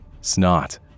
Snot